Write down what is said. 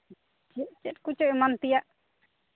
ᱪᱮᱫ ᱪᱮᱫ ᱠᱚᱪᱚᱝ ᱮᱢᱟᱱ ᱛᱮᱭᱟᱜ